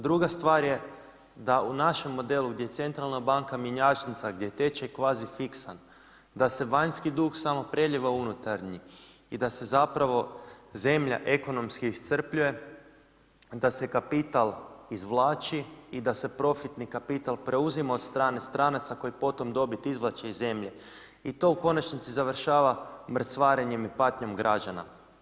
Druga stvar je da u našem modelu gdje je centralna banka mjenjačnica gdje je tečaj kvazifiksan da se vanjski dug samo prelijeva u unutarnji i da se zapravo zemlja ekonomski iscrpljuje, da se kapital izvlači i da se profitni kapital preuzima od strane stranaca koji potom dobit izvlače iz zemlje i to u konačnosti završava mrcvarenjem i patnjom građana.